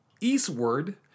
eastward